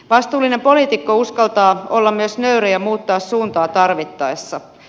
vastuullinen poliitikko uskaltaa olla myös nöyrä ja muuttaa suuntaa tarvittaessa